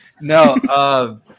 No